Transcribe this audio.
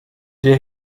der